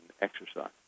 exercise